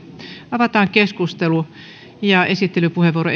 avataan keskustelu esittelypuheenvuoro